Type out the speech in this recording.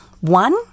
One